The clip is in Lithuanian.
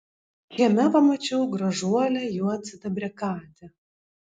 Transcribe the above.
kieme pamačiau gražuolę juodsidabrę katę